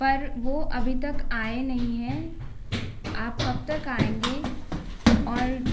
पर वो अभी तक आए नहीं हैं आप कब तक आएंगे और